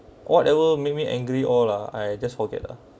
whatever make me angry all lah I just forget lah